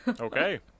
Okay